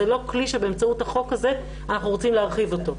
זה לא כלי שבאמצעות החוק הזה אנחנו רוצים להרחיב אותו.